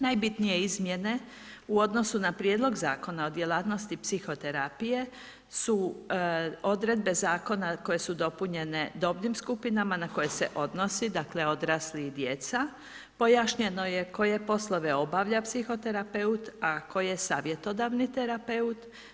Najbitnije izmjene u odnosu na prijedlog Zakona o djelatnosti psihoterapije su odredbe zakona koje su dopunjene dobnim skupinama, na koje se odnosi, dakle, odrasli i djece, pojašnjeno je koje poslove obavlja psihoterapeut, a koje savjetodavni terapeut.